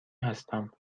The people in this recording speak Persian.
هستم